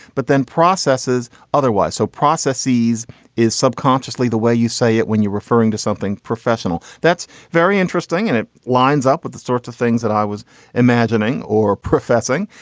but then processes otherwise. so processes is subconsciously the way you say it when you're referring to something professional that's very interesting and it lines up with the sorts of things that i was imagining or professing.